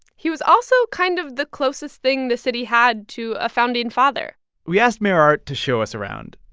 he was also kind of the closest thing the city had to a founding father we asked mayor art to show us around.